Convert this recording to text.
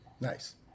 Nice